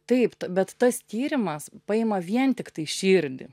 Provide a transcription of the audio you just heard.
taip t bet tas tyrimas paima vien tiktai širdį